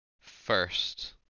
first